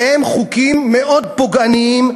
והם חוקים מאוד פוגעניים,